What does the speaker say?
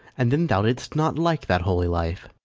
and then thou didst not like that holy life.